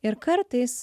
ir kartais